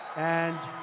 and